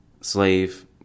slave